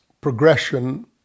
progression